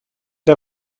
der